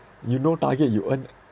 you no target you earn